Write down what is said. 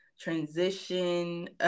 transition